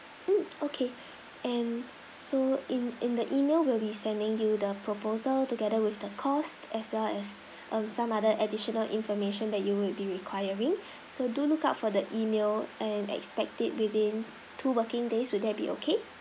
mm okay and so in in the email we'll be sending you the proposal together with the cost as well as um some other additional information that you may be requiring so do look out for the email and expect it within two working days will that be okay